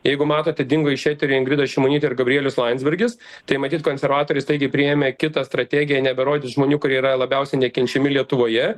jeigu matote dingo iš eterio ingrida šimonytė ir gabrielius landsbergis tai matyt konservatoriai staigiai priėmė kitą strategiją neberodyt žmonių kurie yra labiausiai nekenčiami lietuvoje